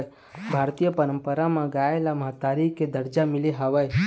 भारतीय पंरपरा म गाय ल महतारी के दरजा मिले हवय